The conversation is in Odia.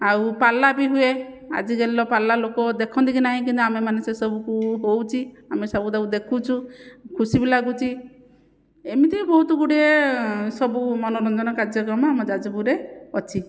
ଆଉ ପାଲା ବି ହୁଏ ଆଜିକାଲିର ପାଲା ଲୋକ ଦେଖନ୍ତି କି ନାହିଁ କିନ୍ତୁ ଆମେମାନେ ସେସବୁକୁ ହେଉଛି ଆମେ ସବୁ ତାକୁ ଦେଖୁଛୁ ଖୁସି ବି ଲାଗୁଛି ଏମିତି ବହୁତ ଗୁଡ଼ିଏ ସବୁ ମନୋରଞ୍ଜନ କାର୍ଯ୍ୟକ୍ରମ ଆମ ଯାଜପୁରରେ ଅଛି